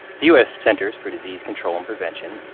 the u s. centers for disease control and prevention,